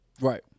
Right